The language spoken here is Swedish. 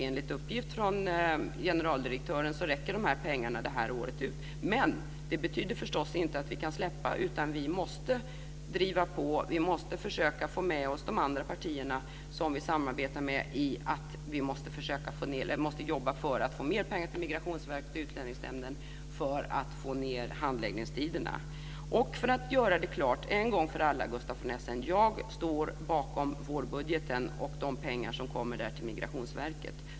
Enligt uppgift från generaldirektören räcker dessa pengar det här året ut. Men det betyder förstås inte att vi ska släppa, utan vi måste driva på, vi måste försöka få med oss de andra partier som vi samarbetar med. Vi måste jobba för att få mer pengar till Migrationsverket och Utlänningsnämnden för att få ned handläggningstiderna. För att göra det klart en gång för alla, Gustaf von Essen: Jag står bakom vårbudgeten och de pengar som kommer där till Migrationsverket.